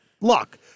luck